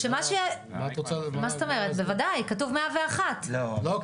מה זאת אומרת, בוודאי, כתוב 101. לא.